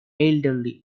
elderly